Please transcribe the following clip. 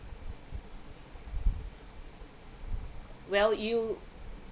well you